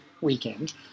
weekend